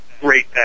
great